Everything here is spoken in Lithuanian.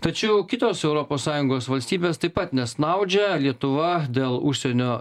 tačiau kitos europos sąjungos valstybės taip pat nesnaudžia lietuva dėl užsienio